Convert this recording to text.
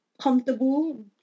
comfortable